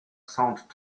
sound